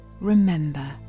remember